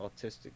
autistic